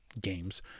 games